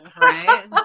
right